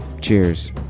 cheers